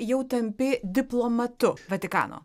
jau tampi diplomatu vatikano